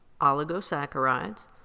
oligosaccharides